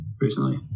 recently